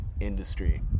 industry